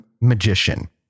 magician